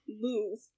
move